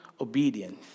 obedience